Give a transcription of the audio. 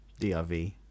DRV